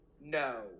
no